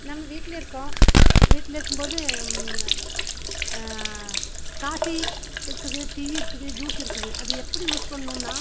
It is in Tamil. நம்ம வீட்டில் இருக்கோம் வீட்டில் இருக்கும்போது காஃபி இருக்குது டீ இருக்குது ஜூஸ் இருக்குது அது எப்படி யூஸ் பண்ணுன்னா